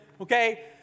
Okay